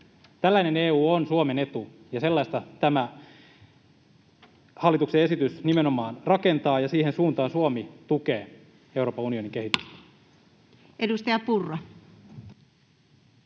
Tällainen EU on Suomen etu, sellaista tämä hallituksen selonteko nimenomaan rakentaa, ja siihen suuntaan Suomi tukee Euroopan unionin kehitystä. Edustaja Purra.